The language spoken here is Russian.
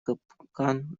капкан